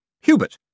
Hubert